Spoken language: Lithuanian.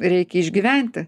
reikia išgyventi